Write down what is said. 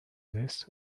less